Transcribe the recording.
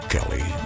Kelly